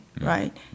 right